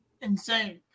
insane